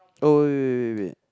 oh wait wait wait wait wait